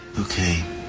Okay